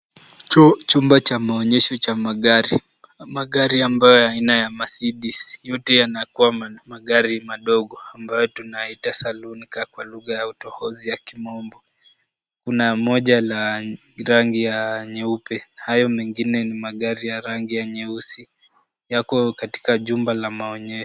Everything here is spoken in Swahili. Chumba cha maonyesho cha magari, magari ambayo aina ya mercedes yote yanakuwa magari madogo ambayo tunaita saloon car kwa lugha ya utohozi ya kimombo. Kuna moja la rangi ya nyeupe na mengine ni ya rangi ya nyeusi ,yako katika jumba la maonyesho.